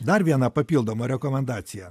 dar viena papildoma rekomendacija